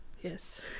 yes